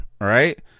right